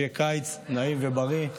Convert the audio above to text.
שיהיה קיץ נעים ובריא.